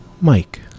Mike